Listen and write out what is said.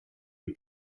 ein